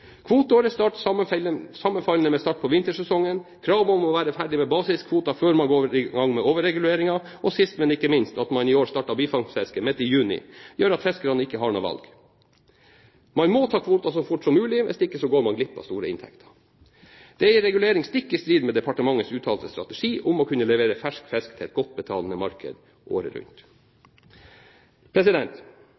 sammenfallende med start på vintersesongen, krav om å være ferdig med basiskvoten før man går i gang med overregulering, og sist men ikke minst, at man i år starter bifangstfisket midt i juni, gjør at fiskerne ikke har noe valg. Man må ta kvoten så fort som mulig, hvis ikke går man glipp av store inntekter. Det er en regulering stikk i strid med departementets uttalte strategi om å kunne levere fersk fisk til et godt betalende marked året rundt.